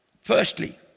Firstly